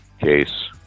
case